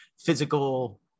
physical